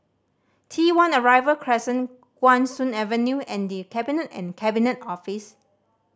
T One Arrival Crescent Guan Soon Avenue and The Cabinet and Cabinet Office